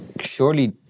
surely